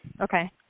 Okay